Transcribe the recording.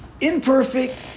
imperfect